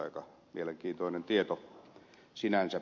aika mielenkiintoinen tieto sinänsä